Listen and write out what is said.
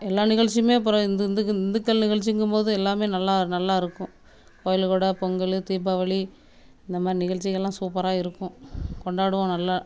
எல்லாம் நிகழ்ச்சியுமே பிறகு இந்து இந்துக்கள் இந்துக்கள் நிகழ்ச்சியுங்கும் போது எல்லாமே நல்லா நல்லா இருக்கும் கோயில் கொடை பொங்கல் தீபாவளி இந்தமாதிரி நிகழ்ச்சிகெல்லாம் சூப்பராக இருக்கும் கொண்டாடுவோம் நல்லா